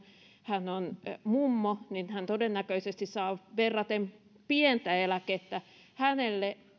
hän on mummo niin hän todennäköisesti saa verraten pientä eläkettä jolloin hänelle